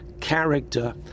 character